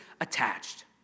attached